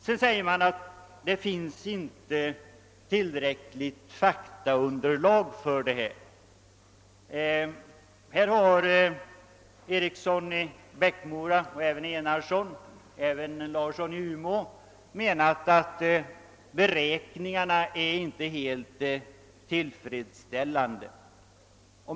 Man säger vidare att det inte finns tillräckligt faktaunderlag för förslaget. Herr Eriksson i Bäckmora och även herrar Enarsson och Larsson i Umeå har påstått att beräkningarna inte är helt tillfredsställande.